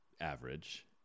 average